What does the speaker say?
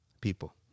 people